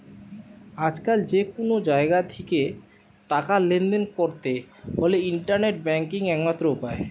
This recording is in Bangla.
আজকাল যে কুনো জাগা থিকে টাকা লেনদেন কোরতে হলে ইন্টারনেট ব্যাংকিং একমাত্র উপায়